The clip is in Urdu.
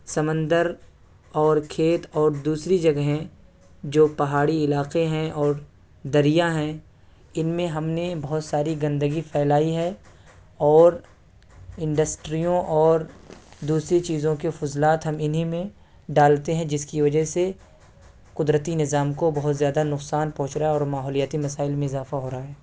سمندر اور کھیت اور دوسری جگہیں جو پہاڑی علاقے ہیں اور دریا ہیں ان میں ہم نے بہت ساری گندگی پھیلائی ہے اور انڈسٹریوں اور دوسری چیزوں کے فضلات ہم انہیں میں ڈالتے ہیں جس کی وجہ سے قدرتی نظام کو بہت زیادہ نقصان پہنچ رہا ہے اور ماحولیاتی مسائل میں اضافہ ہو رہا ہے